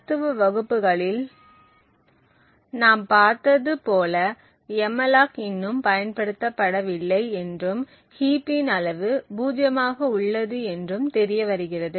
தத்துவ வகுப்புகளில் நாம் பார்த்தது போல எம்மலாக் இன்னும் பயன்படுத்தப்படவில்லை என்றும் ஹீப்பின் அளவு பூஜ்யமாக உள்ளது என்றும் தெரிய வருகிறது